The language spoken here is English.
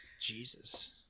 Jesus